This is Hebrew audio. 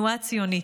הציונית.